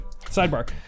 sidebar